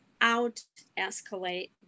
out-escalate